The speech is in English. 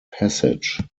passage